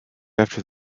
after